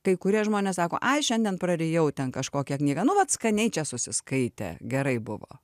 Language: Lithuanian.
kai kurie žmonės sako ai šiandien prarijau ten kažkokią knygą nu vat skaniai čia susiskaitė gerai buvo